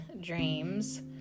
dreams